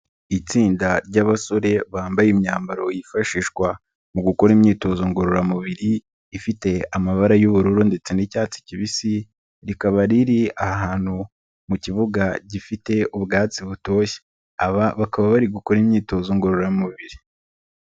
Itsinda ry'abasore bambaye imyambaro yifashishwa mu gukora imyitozo ngororamubiri, ifite amabara y'ubururu ndetse n'icyatsi kibisi, rikaba riri ahantu mu kibuga gifite ubwatsi butoshye, bakaba bari gukora imyitozo ngororamubiri.